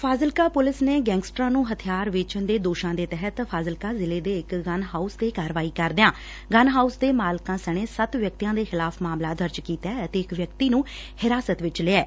Fazilka police ਨੇ ਗੈਂਗਸਟਰਾਂ ਨੂੰ ਹਬਿਆਰ ਵੇਚਣ ਦੇ ਦੋਸ਼ਾਂ ਦੇ ਤਹਿਤ ਫਾਜ਼ਿਲਕਾ ਜ਼ਿਲੇ ਦੇ ਇਕ ਗੰਨ ਹਾਉਸ ਤੇ ਕਾਰਵਾਈ ਕਰਦਿਆਂ ਗੰਨ ਹਾਉਸ ਦੇ ਮਾਲਕਾਂ ਸਣੇ ਸਤ ਵਿਅਕਤੀਆਂ ਦੇ ਖਿਲਾਫ ਮਾਮਲਾ ਦਰਜ ਕੀਤੈ ਅਤੇ ਇਕ ਵਿਅਕਤੀ ਨੰ ਹਿਰਾਸਤ ਵਿਚ ਲਿਐ